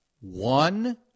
one